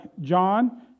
John